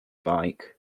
bike